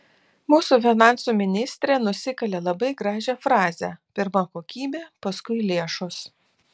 mūsų finansų ministrė nusikalė labai gražią frazę pirma kokybė paskui lėšos